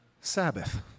Sabbath